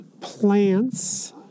plants